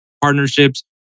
partnerships